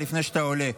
לפני שאתה עולה.